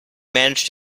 managed